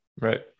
Right